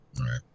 Right